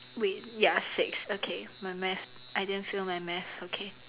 wait ya six okay my math I didn't fail my math okay